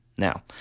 Now